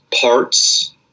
parts